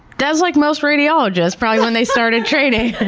that's like most radiologists probably when they started training!